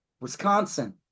Wisconsin